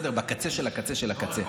בקצה של הקצה של הקצה,